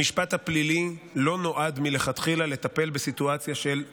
המשפט הפלילי לא נועד מלכתחילה לטפל בסיטואציה של טרור.